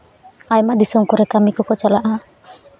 ᱟᱭᱢᱟ ᱫᱤᱥᱚᱢ ᱠᱚᱨᱮ ᱠᱟᱹᱢᱤ ᱠᱚᱠᱚ ᱪᱟᱞᱟᱜᱼᱟ